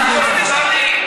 אל תפריעי.